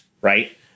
right